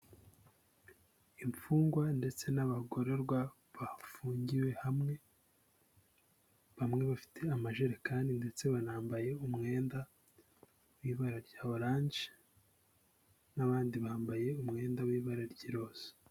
Imfungwa ndetse n'abagororwa bafungiwe hamwe, bamwe bafite amajerekani ndetse banambaye umwenda w'ibara rya oranje n'abandi bambaye umwenda w'ibara ry'iroze.